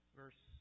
verse